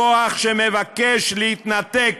לקוח שמבקש להתנתק,